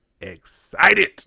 excited